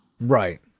Right